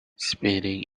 speeding